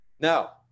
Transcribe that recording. Now